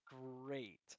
great